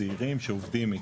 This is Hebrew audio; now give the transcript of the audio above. זעירים, שעובדים איתנו.